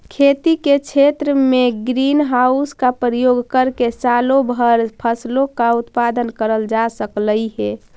खेती के क्षेत्र में ग्रीन हाउस का प्रयोग करके सालों भर फसलों का उत्पादन करल जा सकलई हे